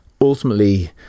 ultimately